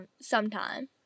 sometime